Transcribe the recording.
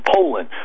Poland